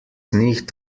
nicht